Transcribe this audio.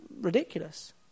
ridiculous